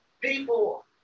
people